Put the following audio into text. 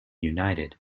united